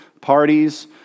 parties